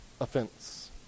offense